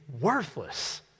worthless